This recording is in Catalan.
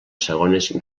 segones